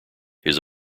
his